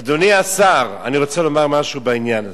אדוני השר, אני רוצה לומר משהו בעניין הזה.